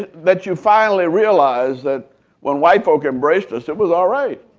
that you finally realized that when white folk embraced us, it was all right.